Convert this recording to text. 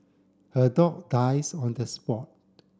her dog dies on the spot